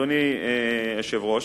אדוני היושב-ראש,